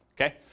Okay